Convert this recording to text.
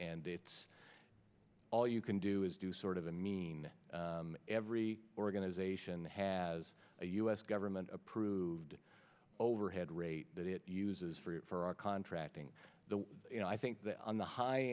and it's all you can do is do sort of a mean every organization has a u s government approved overhead rate that it uses for contracting the you know i think the on the high